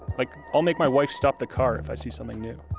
like, i'll make my wife stop the car if i see something new.